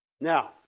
Now